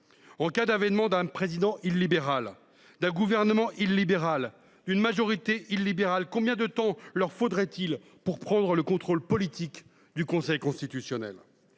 En cas d’avènement d’un président illibéral, d’un gouvernement illibéral, d’une majorité illibérale, combien de temps faudrait il à ceux ci pour prendre le contrôle politique du Conseil constitutionnel ?